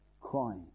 crying